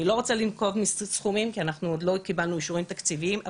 אני עוד לא רוצה לנקוב בסכומים כי עוד לא קיבלנו אישורים תקציביים.